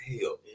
hell